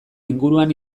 inguruan